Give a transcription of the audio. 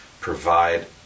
provide